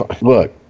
look